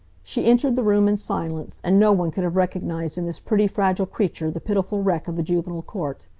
she entered the room in silence, and no one could have recognized in this pretty, fragile creature the pitiful wreck of the juvenile court.